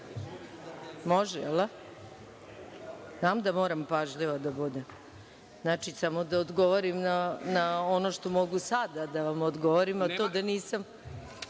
jel da? Znam da moram pažljiva da budem. Znači, samo da odgovorim na ono što mogu sada da vam odgovorim, a to je da nisam…